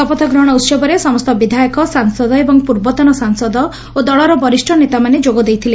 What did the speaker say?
ଶପଥ ଗ୍ରହଶ ଉହବରେ ସମସ୍ତ ବିଧାୟକ ସାଂସଦ ଏବଂ ପୂର୍ବତନ ସାଂସଦ ଓ ଦଳର ବରିଷ୍ ନେତାମାନେ ଯୋଗଦେଇଥିଲେ